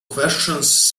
questions